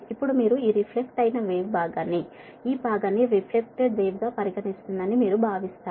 ఇప్పుడు మీరు ఈ రిఫ్లెక్ట్ అయిన వేవ్ భాగాన్ని ఈ భాగాన్ని రిఫ్లెక్టెడ్ వేవ్ గా పరిగణిస్తుందని మీరు భావిస్తారు